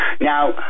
Now